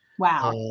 Wow